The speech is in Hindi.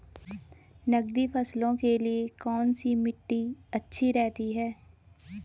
नकदी फसलों के लिए कौन सी मिट्टी अच्छी रहती है?